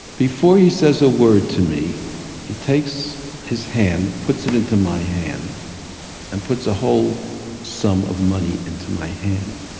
before he says a word to me he takes his hand, puts it into my hand and puts a whole sum of money into my hand.